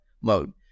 mode